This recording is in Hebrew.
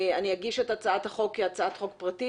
אני אגיש את הצעת החוק כהצעת חוק פרטית